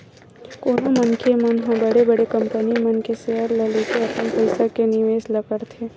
कोनो मनखे मन ह बड़े बड़े कंपनी मन के सेयर ल लेके अपन पइसा के निवेस ल करथे